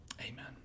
Amen